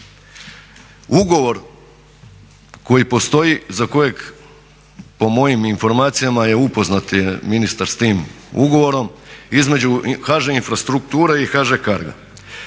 ugovor koji postoji za kojeg po mojim informacijama upoznat je ministar s tim ugovorom između HŽ infrastrukture i HŽ CARGO-a.